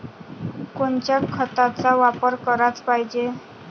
कोनच्या खताचा वापर कराच पायजे?